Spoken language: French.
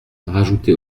rajouter